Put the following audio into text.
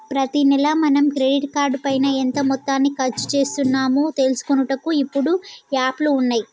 ప్రతి నెల మనం క్రెడిట్ కార్డు పైన ఎంత మొత్తాన్ని ఖర్చు చేస్తున్నాము తెలుసుకొనుటకు ఇప్పుడు యాప్లు ఉన్నాయి